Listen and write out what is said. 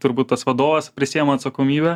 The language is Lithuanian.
turbūt tas vadovas prisiema atsakomybę